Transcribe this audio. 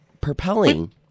propelling